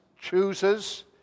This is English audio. chooses